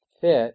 fit